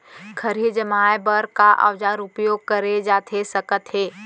खरही जमाए बर का औजार उपयोग करे जाथे सकत हे?